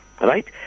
Right